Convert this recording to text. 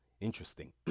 Interesting